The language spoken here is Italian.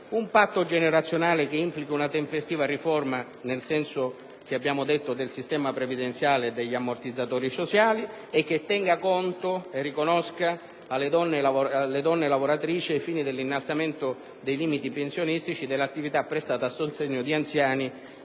un patto generazionale che implichi una tempestiva riforma, nel senso da noi indicato, del sistema previdenziale e degli ammortizzatori sociali e che tenga conto e riconosca alle donne lavoratrici, ai fini dell'innalzamento dei limiti pensionistici, dell'attività prestata a sostegno di anziani,